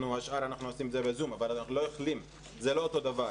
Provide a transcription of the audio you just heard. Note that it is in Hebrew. השאר אנחנו עושים בזום, אבל זה לא אותו דבר.